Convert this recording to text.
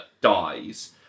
dies